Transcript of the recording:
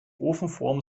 ofenform